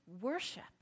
worship